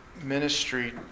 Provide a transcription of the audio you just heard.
ministry